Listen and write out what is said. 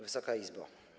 Wysoka Izbo!